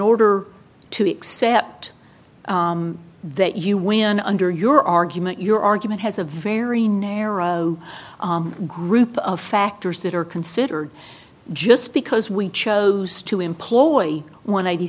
order to accept that you win under your argument your argument has a very narrow group of factors that are considered just because we chose to employ one eighty